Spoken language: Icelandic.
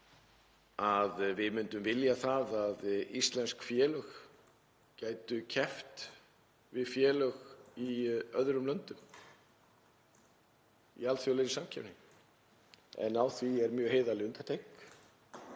að við myndum vilja að íslensk félög gætu keppt við félög í öðrum löndum í alþjóðlegri samkeppni en á því er mjög heiðarleg undantekning.